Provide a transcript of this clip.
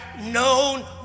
known